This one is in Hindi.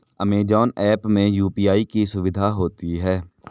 अमेजॉन ऐप में यू.पी.आई की सुविधा होती है